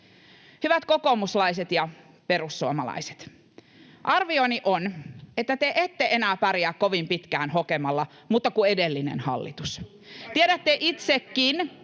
Hyvät kokoomuslaiset ja perussuomalaiset, arvioni on, että ette te pärjää enää kovin pitkään hokemalla ”mutta kun edellinen hallitus”. [Ben